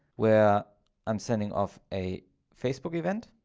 where i'm sending off a facebook event.